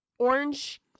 Orange